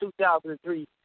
2003